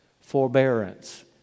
Forbearance